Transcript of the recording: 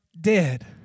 dead